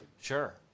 Sure